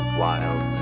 wild